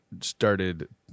started